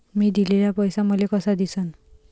मी दिलेला पैसा मले कसा दिसन?